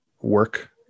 work